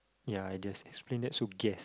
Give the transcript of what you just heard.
yeah I just explain that's so guess